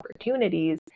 opportunities